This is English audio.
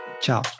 Ciao